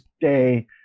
day